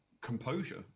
composure